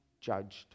judged